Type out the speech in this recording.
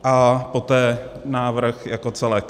A poté návrh jako celek.